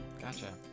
gotcha